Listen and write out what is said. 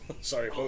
Sorry